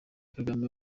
kagame